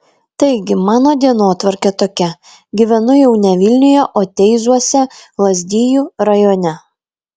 taigi mano dienotvarkė tokia gyvenu jau ne vilniuje o teizuose lazdijų rajone